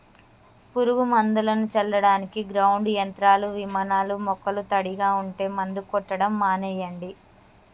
పురుగు మందులను చల్లడానికి గ్రౌండ్ యంత్రాలు, విమానాలూ మొక్కలు తడిగా ఉంటే మందు కొట్టడం మానెయ్యండి